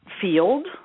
field